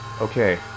Okay